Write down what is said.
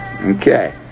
okay